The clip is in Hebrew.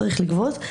שצריך לגבות,